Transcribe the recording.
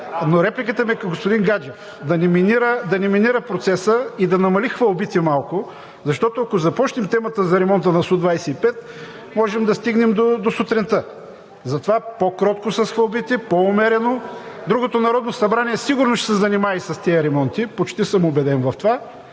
Репликата ми е към господин Гаджев – да не минира процеса и да намали хвалбите малко, защото, ако започнем темата за ремонта на Су-25, можем да стигнем до сутринта. Затова по кротко с хвалбите, по-умерено. Другото Народно събрание сигурно ще се занимае с тези ремонти, почти съм убеден в това.